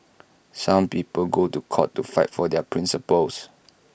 some people go to court to fight for their principles